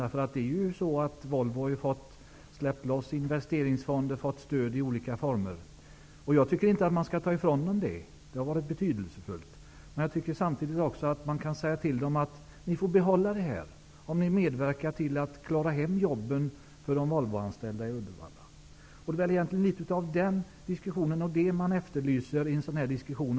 Volvo har fått stöd i olika former, pengar har släppts loss från investeringsfonder. Jag tycker inte att man skall ta ifrån dem det. Det har varit betydelsefullt. Men jag tycker samtidigt att man kan säga till dem att de får behålla detta om de medverkar till att klara jobben för de Volvoanställda i Uddevalla. Det är litet av en sådan press jag efterlyser i en sådan här diskussion.